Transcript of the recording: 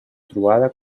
trobada